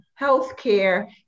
healthcare